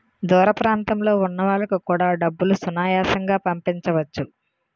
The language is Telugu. దూర ప్రాంతంలో ఉన్న వాళ్లకు కూడా డబ్బులు సునాయాసంగా పంపించవచ్చు